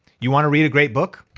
you wanna read a great book?